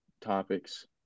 topics